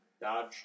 Dodge